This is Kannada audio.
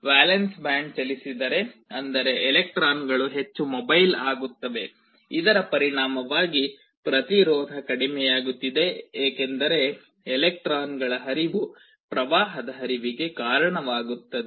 ವೇಲೆನ್ಸ್ ಬ್ಯಾಂಡ್ ಚಲಿಸಿದರೆ ಅಂದರೆ ಎಲೆಕ್ಟ್ರಾನ್ಗಳು ಹೆಚ್ಚು ಮೊಬೈಲ್ ಆಗುತ್ತವೆ ಇದರ ಪರಿಣಾಮವಾಗಿ ಪ್ರತಿರೋಧ ಕಡಿಮೆಯಾಗುತ್ತದೆ ಏಕೆಂದರೆ ಎಲೆಕ್ಟ್ರಾನ್ಗಳ ಹರಿವು ಪ್ರವಾಹದ ಹರಿವಿಗೆ ಕಾರಣವಾಗುತ್ತದೆ